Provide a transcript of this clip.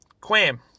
Quam